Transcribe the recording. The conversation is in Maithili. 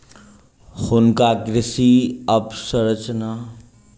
हुनका कृषि अवसंरचना कोष सँ धनराशि प्राप्त भ गेल